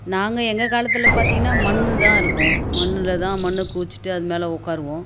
நாங்கள் எங்கள் காலத்தில் பார்த்திங்கனா மண்தான் இருக்கும் மண்ணில்தான் மண்ணை குவித்துட்டு அது மேலே உகாருவோம்